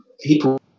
people